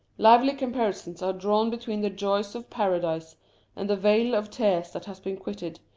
lively comparisons are drawn between the joys of paradise and the vale of tears that has been quitted,